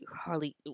hardly